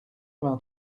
vingt